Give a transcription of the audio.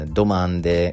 domande